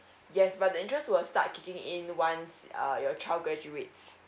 yes but the interest will start kicking in once err your child graduates